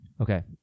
Okay